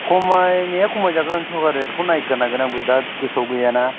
खमायनाया खमायजागोन सरखारि रेथखौ नायग्रो नांगोन आंबो दा गोसोयाव गैयाना